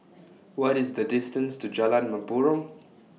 What IS The distance to Jalan Mempurong